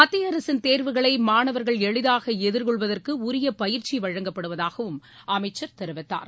மத்திய அரசின் தேர்வுகளை மாணவர்கள் எளிதாக எதிர்கொள்வதற்கு உரிய பயிற்சி வழங்கப்படுவதாகவும் அமைச்சர் தெரிவித்தார்